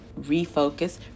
refocus